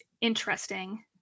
interesting